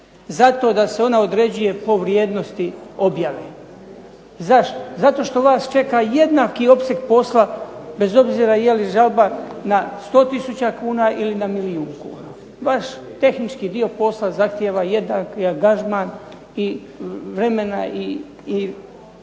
za to da se ona određuje po vrijednosti objave. Zašto? Zato što vas čeka jednaki opseg posla bez obzira je li žalba na 100 tisuća kuna ili na milijun kuna. Vaš tehnički dio posla zahtijeva jednaki angažman i vremena i